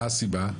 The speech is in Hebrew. מה הסיבה?